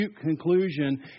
conclusion